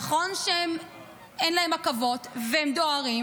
נכון שאין להם עכבות והם דוהרים,